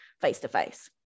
face-to-face